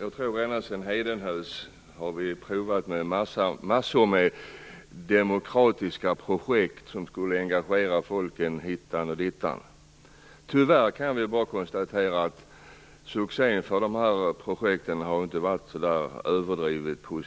Herr talman! Ända sedan Hedenhös tid, tror jag, har vi provat en mängd demokratiska projekt som skulle engagera folk hit och dit. Tyvärr kan jag bara konstatera att succén för projekten inte har varit så där överdrivet stor.